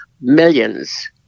millions